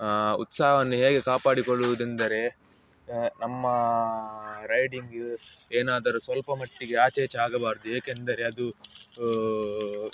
ಉತ್ಸಾಹವನ್ನು ಹೇಗೆ ಕಾಪಾಡಿಕೊಳ್ಳುವುದೆಂದರೆ ನಮ್ಮ ರೈಡಿಂಗ್ ಏನಾದರು ಸ್ವಲ್ಪ ಮಟ್ಟಿಗೆ ಆಚೆ ಈಚೆ ಆಗಬಾರದು ಏಕೆಂದರೆ ಅದು